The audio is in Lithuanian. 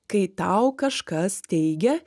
kai tau kažkas teigia